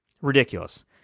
Ridiculous